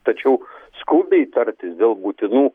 tačiau skubiai tartis dėl būtinų